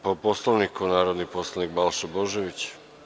Po Poslovniku, narodni poslanik Balša Božović.